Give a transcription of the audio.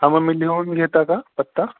हा मग मी लिहून घेता का पत्ता